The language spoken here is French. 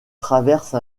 traverse